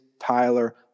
Tyler